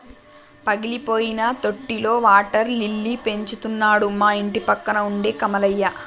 పగిలిపోయిన తొట్టిలో water lily పెంచుతున్నాడు మా ఇంటిపక్కన ఉండే కమలయ్య